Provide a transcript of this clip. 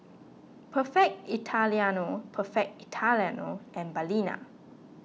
Perfect Italiano Perfect Italiano and Balina